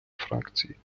фракції